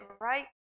right